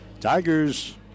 Tigers